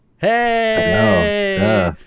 Hey